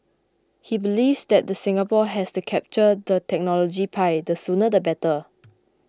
he believes that the Singapore has to capture the technology pie the sooner the better